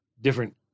different